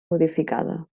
modificada